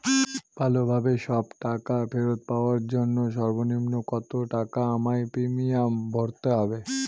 ভালোভাবে সব টাকা ফেরত পাওয়ার জন্য সর্বনিম্ন কতটাকা আমায় প্রিমিয়াম ভরতে হবে?